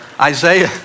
Isaiah